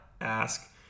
ask